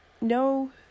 no